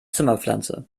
zimmerpflanze